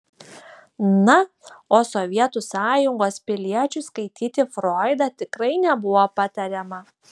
na o sovietų sąjungos piliečiui skaityti froidą tikrai nebuvo patariama